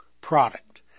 product